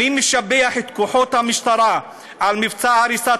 "אני משבח את כוחות המשטרה על מבצע הריסת